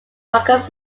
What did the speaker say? marcus